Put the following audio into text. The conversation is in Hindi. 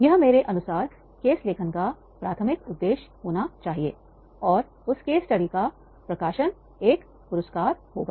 यह मेरे अनुसार प्राथमिक उद्देश्य होना चाहिए जिसके लिए केस लेखन का उद्देश्य होना है और उस केस स्टडी का प्रकाशन एक पुरस्कार होगा